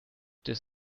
this